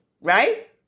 right